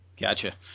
Gotcha